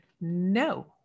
no